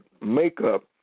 makeup